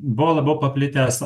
buvo labiau paplitęs